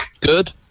Good